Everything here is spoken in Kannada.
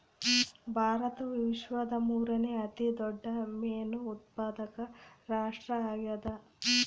ಭಾರತವು ವಿಶ್ವದ ಮೂರನೇ ಅತಿ ದೊಡ್ಡ ಮೇನು ಉತ್ಪಾದಕ ರಾಷ್ಟ್ರ ಆಗ್ಯದ